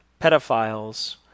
pedophiles